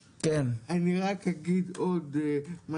אגיד עוד דבר